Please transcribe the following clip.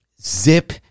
Zip